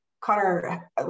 Connor